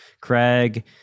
Craig